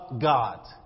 God